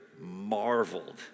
marveled